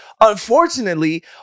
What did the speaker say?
Unfortunately